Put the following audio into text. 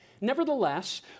Nevertheless